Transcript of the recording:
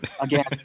again